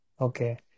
Okay